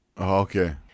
Okay